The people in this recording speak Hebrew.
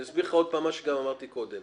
אני אסביר לך עוד פעם מה שאמרתי קודם.